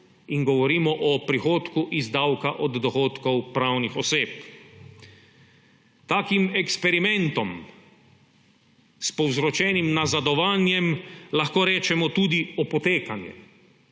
in govorimo o prihodku iz davka od dohodkov pravnih oseb. Takim eksperimentom s povzročenim nazadovanjem lahko rečemo tudi opotekanje